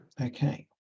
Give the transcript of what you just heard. Okay